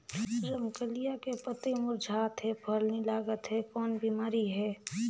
रमकलिया के पतई मुरझात हे फल नी लागत हे कौन बिमारी हे?